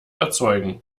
erzeugen